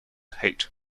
hate